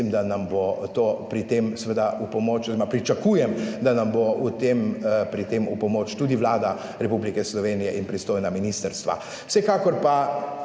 da nam bo to pri tem seveda v pomoč oziroma pričakujem, da nam bo v tem, pri tem v pomoč tudi Vlada Republike Slovenije in pristojna ministrstva. Vsekakor pa